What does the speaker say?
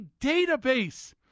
database